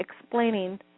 explaining